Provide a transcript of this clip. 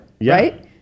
right